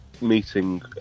meeting